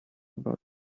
about